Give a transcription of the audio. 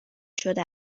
شده